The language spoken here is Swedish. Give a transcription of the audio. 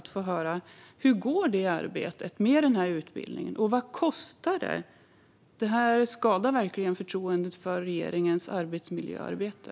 Det förtjänar skattebetalarna också att få höra. Och vad kostar det? Det här skadar verkligen förtroendet för regeringens arbetsmiljöarbete.